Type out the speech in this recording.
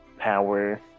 power